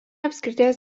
apskrities